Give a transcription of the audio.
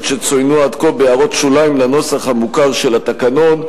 שצוינו עד כה בהערות שוליים לנוסח המוכר של התקנון,